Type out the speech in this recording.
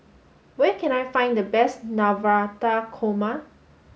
where can I find the best Navratan Korma